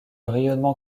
rayonnement